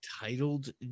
Titled